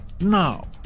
Now